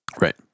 Right